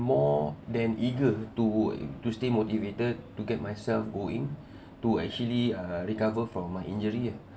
more than eager to to stay motivated to get myself going to actually uh recover from my injury ah